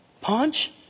Punch